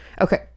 Okay